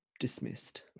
Dismissed